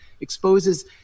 exposes